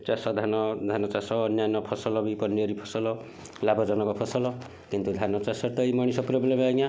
ଚାଷ ଧାନ ଧାନ ଚାଷ ଅନ୍ୟାନ୍ୟ ଫସଲ ବି ଫସଲ ଲାଭଜନକ ଫସଲ କିନ୍ତୁ ଧାନ ଚାଷ ତ ଏଇ ମଣିଷ ପ୍ରୋବଲେମ୍ ଆଜ୍ଞା